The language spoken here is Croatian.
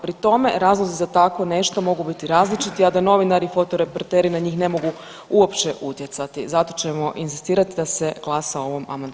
Pri tome, razlozi za tako nešto mogu biti različiti, a da novinari i fotoreporteri na njih ne mogu uopće utjecati, zato ćemo inzistirati da se glasa o ovom amandmanu.